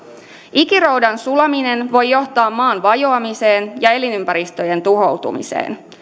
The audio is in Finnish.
ikiroudan sulaminen voi johtaa maan vajoamiseen ja elinympäristöjen tuhoutumiseen